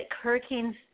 hurricanes –